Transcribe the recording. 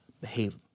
Behave